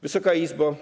Wysoka Izbo!